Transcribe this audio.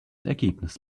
ergebnis